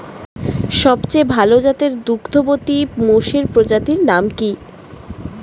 সবচেয়ে ভাল জাতের দুগ্ধবতী মোষের প্রজাতির নাম কি?